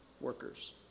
workers